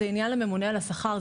זה עניין לממונה על השכר,